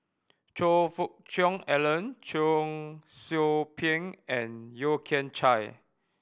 Choe Fook Cheong Alan Cheong Soo Pieng and Yeo Kian Chye